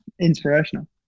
inspirational